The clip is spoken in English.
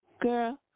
Girl